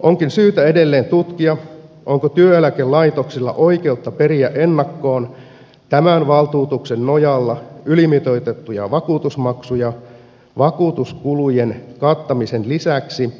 onkin syytä edelleen tutkia onko työeläkelaitoksilla oikeutta periä ennakkoon tämän valtuutuksen nojalla ylimitoitettuja vakuutusmaksuja vakuutuskulujen kattamisen lisäksi